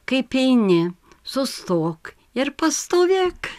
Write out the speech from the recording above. kaip eini sustok ir pastovėk